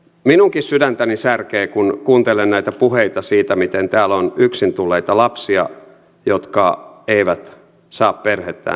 minunkin sydäntäni särkee kun kuuntelen näitä puheita siitä miten täällä on yksin tulleita lapsia jotka eivät saa perhettään tänne